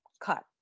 cut